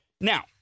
Now